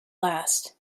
last